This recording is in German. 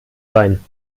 sein